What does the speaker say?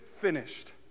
finished